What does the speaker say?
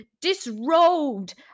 disrobed